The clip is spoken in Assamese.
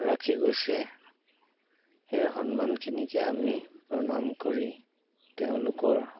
ৰাখি গৈছে সেই সন্মানখিনিকে আমি প্ৰণাম কৰি তেওঁলোকৰ